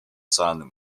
silent